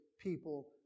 people